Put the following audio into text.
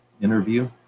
interview